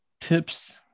tips